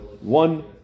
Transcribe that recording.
one